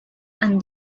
and